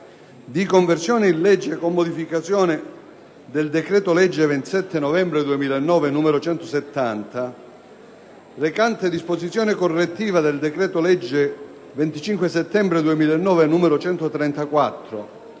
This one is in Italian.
di conversione in legge, con modificazioni, del decreto-legge 27 novembre 2009, n. 170, recante disposizione correttiva del decreto-legge 25 settembre 2009, n. 134,